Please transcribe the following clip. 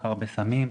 סחר בסמים,